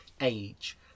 age